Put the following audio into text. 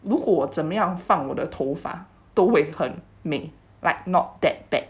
如果怎么样放牧的头发都会 like not that bad